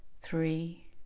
three